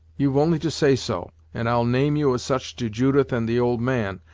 you've only to say so, and i'll name you as such to judith and the old man,